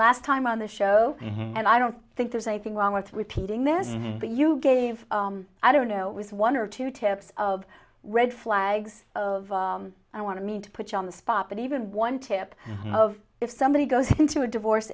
last time on the show and i don't think there's anything wrong with repeating that but you gave i don't know it was one or two tips of red flags of i want to mean to put you on the spot but even one tip of if somebody goes into a divorce